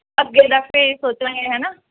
ਅੱਗੇ ਦਾ ਫੇਰ ਸੋਚਾਂਗੇ ਹੈ ਨਾ